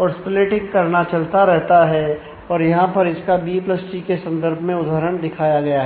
और स्प्लिटिंग करना चलता रहता है और यहां पर इसका बी प्लस ट्री के संदर्भ में उदाहरण दिखाया गया है